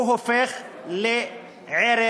הוא הופך לערך